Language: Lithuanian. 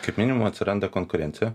kaip minimum atsiranda konkurencija